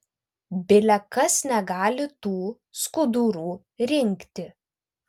bile kas negali tų skudurų rinkti